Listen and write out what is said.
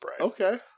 Okay